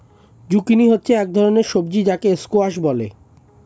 zucchini হচ্ছে এক ধরনের সবজি যাকে স্কোয়াশ বলে